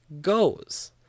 goes